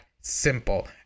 simple